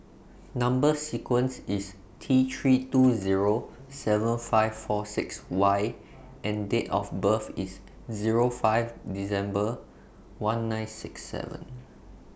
Number sequence IS T three two Zero seven five four six Y and Date of birth IS Zero five December one nine six seven